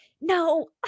no